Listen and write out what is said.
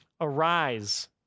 arise